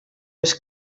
eus